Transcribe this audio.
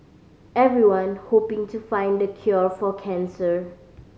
everyone hoping to find the cure for cancer